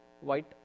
white